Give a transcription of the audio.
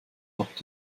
doch